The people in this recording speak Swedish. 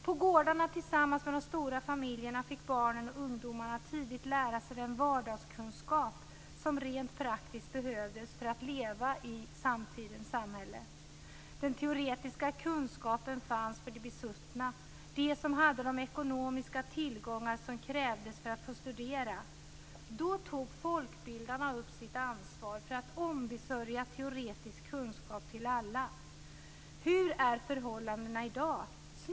På gårdarna, tillsammans med de stora familjerna, fick barnen och ungdomarna tidigt lära sig den vardagskunskap som rent praktiskt behövdes för att leva i samtidens samhälle. Den teoretiska kunskapen fanns för de besuttna, de som hade de ekonomiska tillgångar som krävdes för att få studera. Då tog folkbildarna sitt ansvar för att ombesörja teoretisk kunskap till alla. Hur är förhållandena i dag?